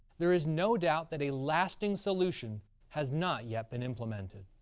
there is no doubt that a lasting solution has not yet been implemented.